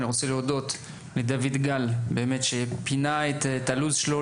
אני רוצה להודות לדויד גל שפינה את הלו"ז שלו,